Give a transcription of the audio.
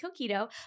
Coquito